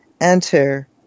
enter